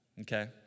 okay